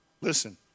Listen